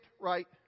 right